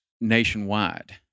nationwide